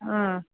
ಹ್ಞೂ